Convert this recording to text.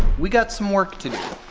we got some work to